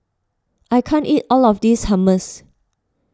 I can't eat all of this Hummus